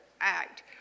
act